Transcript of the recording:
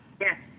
Yes